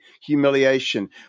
humiliation